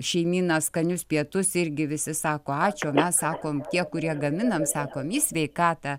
šeimyna skanius pietus irgi visi sako ačiū o mes sakom tie kurie gaminam sakom į sveikatą